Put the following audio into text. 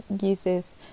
uses